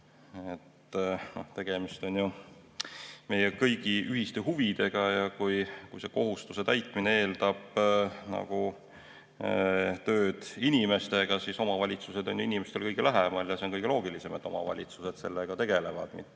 Tegemist on ju meie kõigi ühiste huvidega. Kui see kohustuse täitmine eeldab tööd inimestega, siis omavalitsused on inimestele kõige lähemal ja on kõige loogilisem, et omavalitsused sellega tegelevad, mitte